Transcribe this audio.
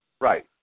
Right